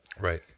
Right